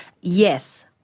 Yes